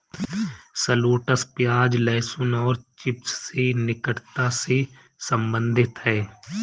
shallots प्याज, लहसुन और चिव्स से निकटता से संबंधित है